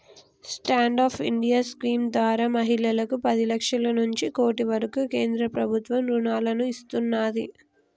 stand up India scheme ద్వారా మహిళలకు పది లక్షల నుంచి కోటి వరకు కేంద్ర ప్రభుత్వం రుణాలను ఇస్తున్నాది